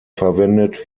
verwendet